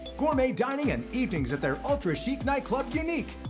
gourmet dining, and evenings at their ultra-chic nightclub, unique.